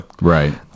Right